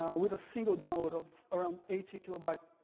with a single download of around eighty kb but